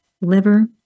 liver